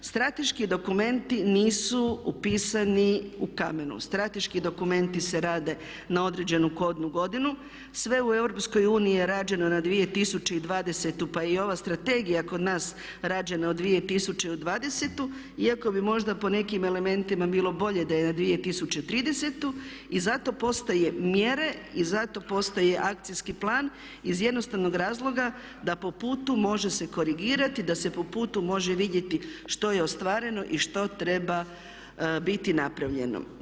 Strateški dokumenti nisu upisani u kamenu, strateški dokumenti se rade na određenu kodnu godinu, sve u EU je rađeno na 2020. pa je i ova strategija kod nas rađena u 2020.-u iako bi možda po nekim elementima bilo bolje da je 2030.-u i zato postoje mjere i zato postoje akcijski plan iz jednostavnog razloga da po putu može se korigirati, da se po putu može vidjeti što je ostvareno i što treba biti napravljeno.